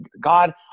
God